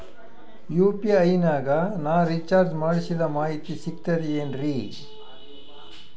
UPI ನಾಗ ನಾ recharge ಮಾಡಿಸಿದ ಮಾಹಿತಿ ಸಿಕ್ತದೆ ಏನ್ರಿ?